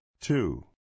Two